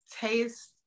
taste